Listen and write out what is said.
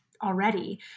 already